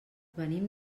venim